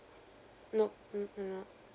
nope mm mm nope